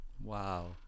Wow